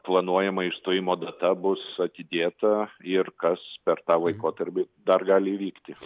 planuojama išstojimo data bus atidėta ir kas per tą laikotarpį dar gali įvykti